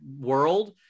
world